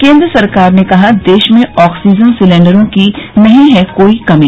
केन्द्र सरकार ने कहा देश में ऑक्सीजन सिलेंडरों की नहीं है कोई कमी